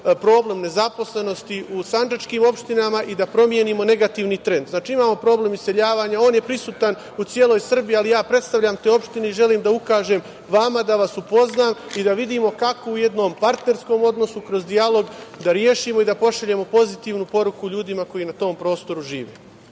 problem nezaposlenosti u sandžačkim opštinama i da promenimo negativni trend. Imamo problem iseljavanja. On je prisutan u celoj Srbiji, ali ja predstavljam te opštine i želim da ukažem vama da vas upoznam i da vidimo kako u jednom partnerskom odnosu kroz dijalog da rešimo i da pošaljemo pozitivnu poruku ljudima koji na tom prostoru